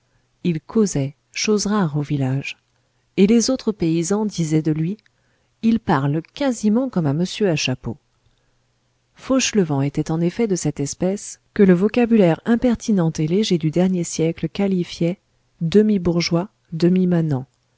il causait chose rare au village et les autres paysans disaient de lui il parle quasiment comme un monsieur à chapeau fauchelevent était en effet de cette espèce que le vocabulaire impertinent et léger du dernier siècle qualifiait demi-bourgeois demi-manant